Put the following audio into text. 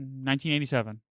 1987